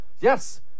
Yes